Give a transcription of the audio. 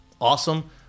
awesome